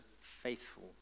faithful